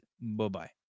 Bye-bye